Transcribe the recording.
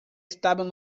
estaban